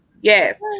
yes